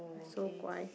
I so guai